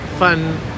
fun